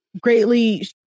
greatly